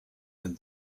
and